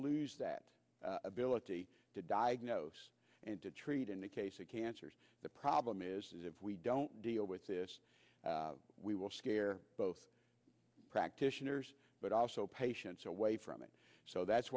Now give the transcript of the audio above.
lose that ability to diagnose and to treat in the case of cancers the problem is if we don't deal with this we will scare both practitioners but also patients away from it so that's